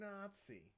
Nazi